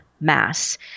Mass